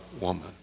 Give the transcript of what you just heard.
woman